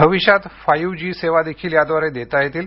भविष्यात five G सेवा देखील याद्वारे देता येतील